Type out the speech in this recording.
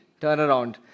turnaround